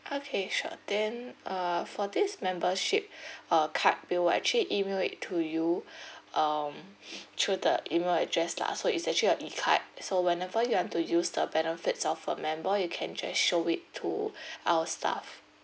okay sure then uh for this membership uh card we'll actually email it to you um through the email address lah so it's actually a E card so whenever you want to use the benefits of a member you can just show it to our staff